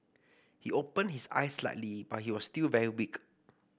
he opened his eyes slightly but he was still very weak